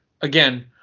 again